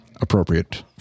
appropriate